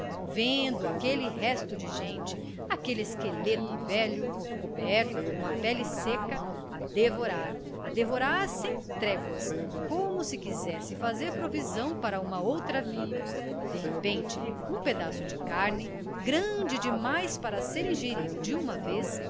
vendo aquele resto de gente aquele esqueleto velho coberto por uma pele seca a devorar a devorar sem tréguas como se quisesse fazer provisão para uma outra vida de repente um pedaço de carne grande demais para ser ingerido de uma vez